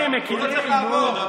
הוא לא צריך לעבור.